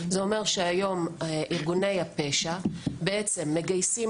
זה אומר שהיום ארגוני הפשע בעצם מגייסים